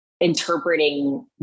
interpreting